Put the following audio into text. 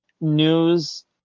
news